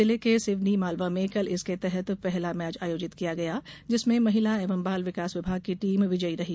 जिले के सिवनी मालवा में कल इसके तहत पहला मैच आयोजित किया गया जिसमें महिला एवं बाल विकास विभाग की टीम विजयी रही